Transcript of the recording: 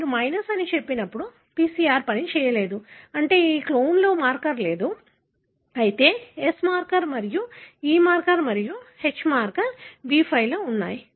ఇక్కడ మీరు మైనస్ అని చెప్పినప్పుడు PCR పని చేయలేదు అంటే ఈ క్లోన్లో మార్కర్ లేదు అయితే S మార్కర్ మరియు E మార్కర్ మరియు H మార్కర్ B5 లో ఉన్నాయి